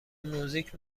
موزیک